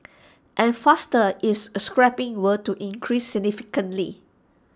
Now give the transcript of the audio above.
and faster ifs scrapping were to increase significantly